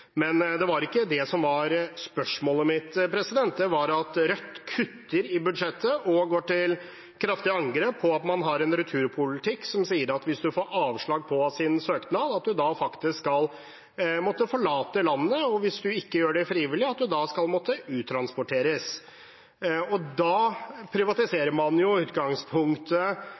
Men det var ikke det som var spørsmålet mitt. Det gjaldt at Rødt kutter i budsjettet og går til kraftig angrep på en returpolitikk som sier at hvis man får avslag på sin søknad, må man forlate landet, og at hvis man ikke gjør det frivillig, skal man uttransporteres. Man privatiserer i utgangspunktet hele asylsystemet hvis det skal være opp til den enkelte selv å velge om man